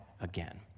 again